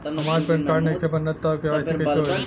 हमार PAN card नईखे बनल त के.वाइ.सी कइसे होई?